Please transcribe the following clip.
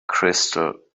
crystal